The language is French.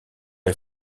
est